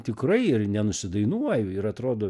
tikrai ir nenusidainuoju ir atrodo